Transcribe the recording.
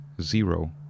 zero